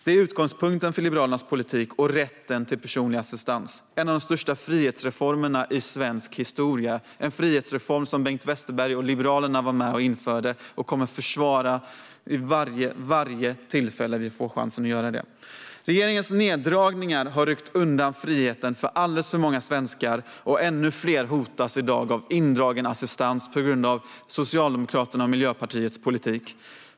Det är utgångspunkten för Liberalernas politik och rätten till personlig assistans - en av de största frihetsreformerna i svensk historia och en frihetsreform som Bengt Westerberg och vårt parti var med och införde och som vi kommer att försvara vid varje tillfälle som vi får chansen att göra det. Regeringens neddragningar har ryckt undan friheten från alldeles för många svenskar, och ännu fler hotas av indragen assistans på grund av Socialdemokraternas och Miljöpartiets politik.